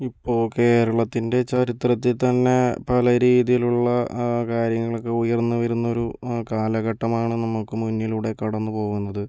ഇപ്പോൾ കേരളത്തിൻ്റെ ചരിത്രത്തിൽ തന്നെ പല രീതിയിലുള്ള കാര്യങ്ങളൊക്കെ ഉയർന്ന് വരുന്നൊരു കാലഘട്ടമാണ് നമുക്ക് മുന്നിലൂടെ കടന്ന് പോകുന്നത്